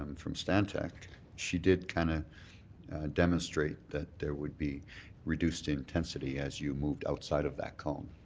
um from stantech, she did kind of demonstrate that there would be reduced intensity as you moved outside of that cone.